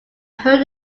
heard